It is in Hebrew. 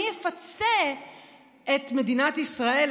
מי יפצה את מדינת ישראל,